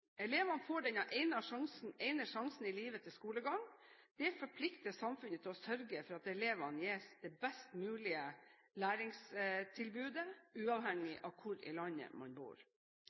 Elevene får denne ene sjansen i livet til skolegang. Det forplikter samfunnet til å sørge for at elevene gis det best mulige læringstilbudet, uavhengig av hvor i landet man bor.